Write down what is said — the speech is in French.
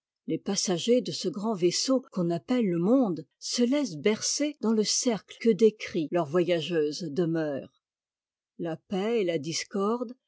les passagers de ce grand vaisseau qu'on appelle le monde se laissent bercer dans le cercle que décrit leur voyageuse demeure la paix et la discorde